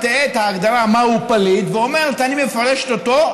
את ההגדרה מהו פליט ואומרת: אני מפרשת אותו,